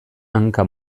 hanka